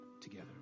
together